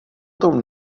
tom